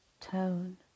tone